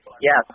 Yes